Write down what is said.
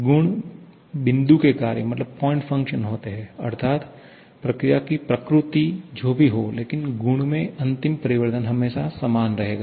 गुण बिंदु के कार्य होते हैं अर्थात् प्रक्रिया की प्रकृती जो भी हो लेकिन गुण में अंतिम परिवर्तन हमेशा समान रहेगा